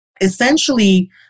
essentially